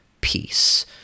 peace